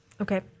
Okay